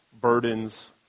burdens